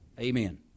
Amen